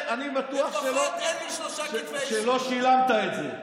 אני משוכנע שלא שילמת את זה.